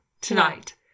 tonight